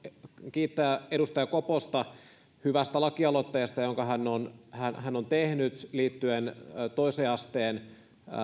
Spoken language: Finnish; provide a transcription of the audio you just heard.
kiittää edustaja koposta hyvästä lakialoitteesta jonka hän hän on tehnyt liittyen toisen asteen